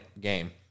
game